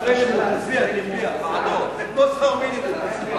ההצעה להעביר את הצעת חוק השאלת ספרי לימוד (תיקון מס' 5),